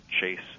chase